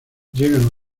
llegan